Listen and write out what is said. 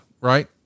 right